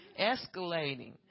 escalating